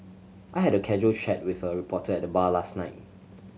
I had a casual chat with a reporter at the bar last night